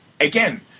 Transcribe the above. again